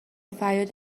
فریاد